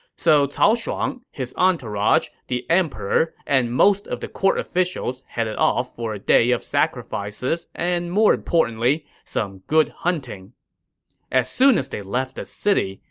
so cao shuang, his entourage, the emperor, and most of the court officials headed off for a day of sacrifices and, more importantly, some good hunting as soon as they left the city,